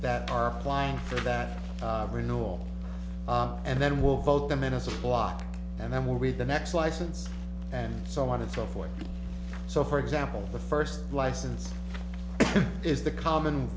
that are applying for that renewal and then we'll vote them in as a block and that will be the next license and so on and so forth so for example the first license is the common